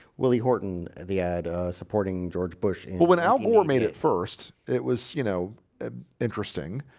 willie horton the ad supporting george bush but when al gore made it first it was you know interesting,